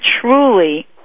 truly